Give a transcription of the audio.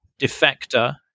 defector